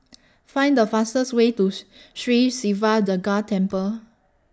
Find The fastest Way Tooth Sri Siva Durga Temple